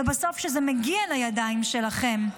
ובסוף כשזה מגיע לידיים שלכם,